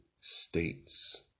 States